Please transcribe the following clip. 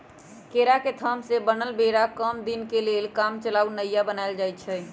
केरा के थम से बनल बेरा कम दीनके लेल कामचलाउ नइया बनाएल जाइछइ